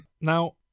now